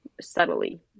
Subtly